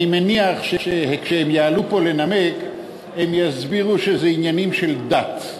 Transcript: אני מניח שכשהם יעלו לנמק הם יסבירו שזה עניינים של דת.